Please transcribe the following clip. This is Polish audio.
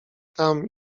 tam